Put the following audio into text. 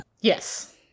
Yes